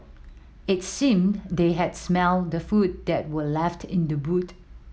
it seemed they had smelt the food that were left in the boot